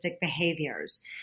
behaviors